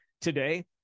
today